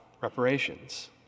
reparations